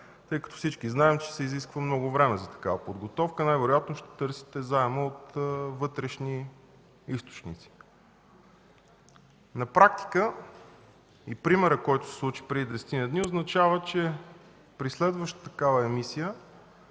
Тъй като всички знаем, че се изисква много време за такава подготовка, най-вероятно ще търсите заем от вътрешни източници. На практика и примерът, който се случи преди десетина дни, означава, че при следваща такава емисия